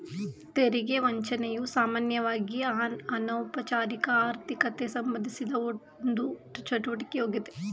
ತೆರಿಗೆ ವಂಚನೆಯು ಸಾಮಾನ್ಯವಾಗಿಅನೌಪಚಾರಿಕ ಆರ್ಥಿಕತೆಗೆಸಂಬಂಧಿಸಿದ ಒಂದು ಚಟುವಟಿಕೆ ಯಾಗ್ಯತೆ